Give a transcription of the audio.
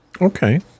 Okay